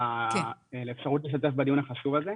ועל האפשרות להשתתף בדיון החשוב הזה.